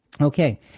Okay